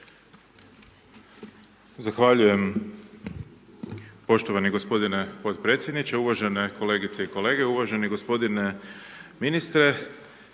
Zahvaljujem poštovani gospodine podpredsjedniče, uvažene kolegice i kolege, uvaženi gospodine ministre.